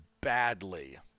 badly